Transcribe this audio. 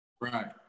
Right